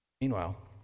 Meanwhile